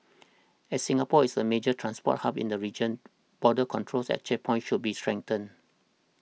as Singapore is a major transport hub in the region border control at checkpoints should be strengthened